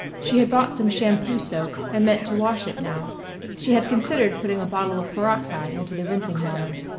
she had bought some shampoo soap and meant to wash it now she had considered putting a bottle of peroxide into the rinsing water.